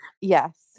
Yes